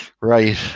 Right